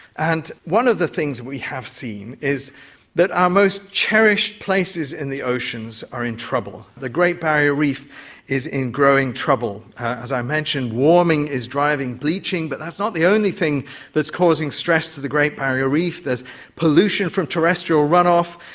and one of the things we have seen is that our most cherished places in the oceans are in trouble. the great barrier reef is in growing trouble. as i mentioned, warming is driving bleaching, but that's not the only thing that is causing stress to the great barrier reef. there's pollution from terrestrial run-off,